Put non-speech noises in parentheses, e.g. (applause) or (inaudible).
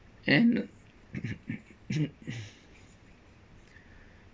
and (noise)